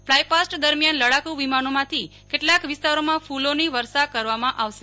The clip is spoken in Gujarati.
ફલાય પાસ્ટ દરમિયાન લડાકુ વિમાનોમાંથી કેટલાક વિસ્તારોમાં કુલોની વર્ષા કરવામાં આવશે